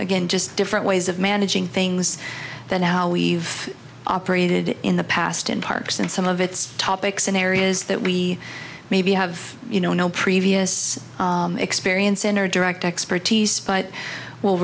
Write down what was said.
again just different ways of managing things that now we've operated in the past in parks in some of its topics in areas that we maybe have you know no previous experience in or direct expertise but w